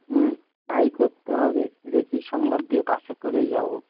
হুম তাই করতে হবে দেখি সোমবার দিয়ে বাসে করেই যাবো